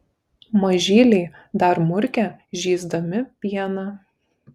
mažyliai dar murkia žįsdami pieną